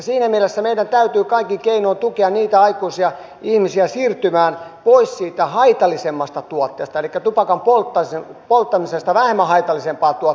siinä mielessä meidän täytyy kaikin keinoin tukea niitä aikuisia ihmisiä siirtymään pois siitä haitallisemmasta tuotteesta elikkä tupakan polttamisesta vähemmän haitalliseen tuotteeseen kuten sähkösavukkeeseen